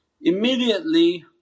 immediately